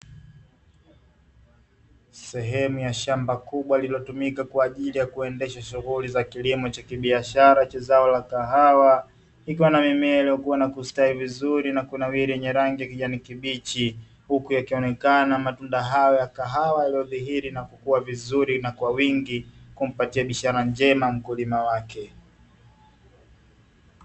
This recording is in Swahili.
Sehemu ya shamba kubwa linalotumika kwa ajili ya kuendedha shughuli ya kilimo cha kibiashara cha zao la kahawa, likiwa na mimea iliyokua na kustawi vizuri na kunawiri kwa rangi ya kijani kibichi. Huku yakionekana matunda haya ya kahawa yaliyodhihiri na kukua vizuri na kwa wingi, kumpatia biashara njema mkulima wake.